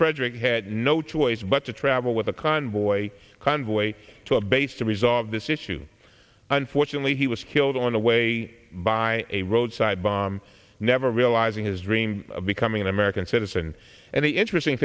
frederick had no choice but to travel with a convoy convoy to a base to resolve this issue unfortunately he was killed on the way by a roadside bomb never realizing his dream of becoming an american citizen and the interesting